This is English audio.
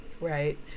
right